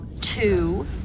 two